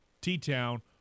T-Town